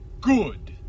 Good